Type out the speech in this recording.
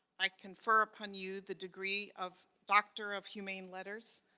i confer upon you the degree of doctor of humane letters,